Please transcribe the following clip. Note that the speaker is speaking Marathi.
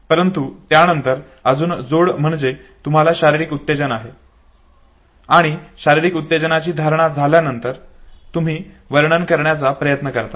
परंतु त्यानंतर अजून जोड म्हणजे तुम्हाला शारीरिक उत्तेजन आहे आणि शारीरिक उत्तेजनाची धारणा झाल्यानंतर तुम्ही वर्णन करण्याचा प्रयत्न करता